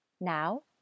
Now